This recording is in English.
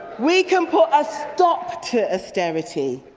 we can put a stop to austerity.